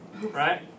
Right